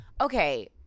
Okay